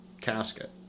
casket